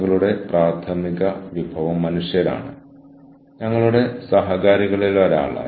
കൂടാതെ അത് ചെയ്യാൻ എന്നെ സഹായിക്കുന്ന മറ്റൊരാൾ ഉണ്ട്